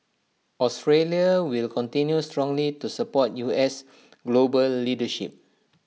Australia will continue strongly to support U S global leadership